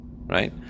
right